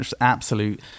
absolute